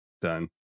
done